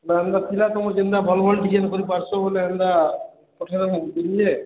ଯେନ୍ତା ଭଲ୍ ଭଲ୍ ଡିଜାଇନ୍ କରି ପାରସୁଁ ବୋଲେ ଏନ୍ତା ପଠେଇଲନ୍